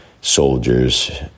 soldiers